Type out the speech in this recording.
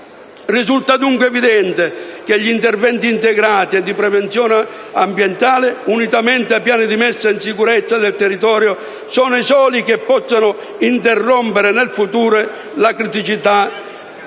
Risulta, dunque, evidente che gli interventi integrati e di prevenzione ambientale, unitamente ai piani di messa in sicurezza del territorio, sono i soli che possano interrompere nel futuro le criticità